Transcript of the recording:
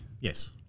Yes